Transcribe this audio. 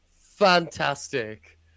fantastic